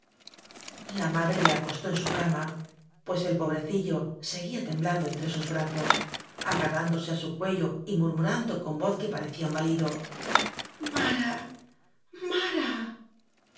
la madre le acostó en su cama pues el pobrecillo seguía temblando entre sus brazos agarrándose á su cuello y murmurando con voz que parecía un balido marel mare